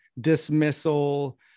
dismissal